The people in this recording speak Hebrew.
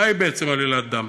מהי בעצם עלילות דם?